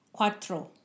cuatro